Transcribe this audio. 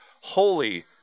holy